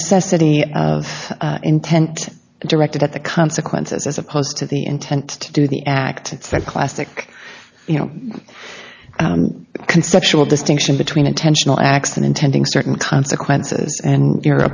necessity of intent directed at the consequences as opposed to the intent to do the act it's the classic you know conceptual distinction between intentional acts and intending certain consequences and your